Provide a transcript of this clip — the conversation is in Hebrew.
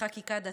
בחקיקה דתית,